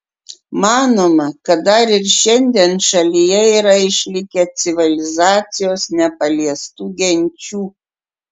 manoma kad dar ir šiandien šalyje yra išlikę civilizacijos nepaliestų genčių